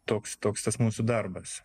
toks toks tas mūsų darbas